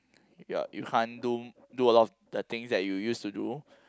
you're you can't do do a lot of the things you used to do